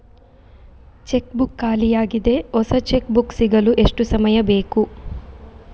Check book ಖಾಲಿ ಯಾಗಿದೆ, ಹೊಸ ಚೆಕ್ ಬುಕ್ ಸಿಗಲು ಎಷ್ಟು ಸಮಯ ಬೇಕು?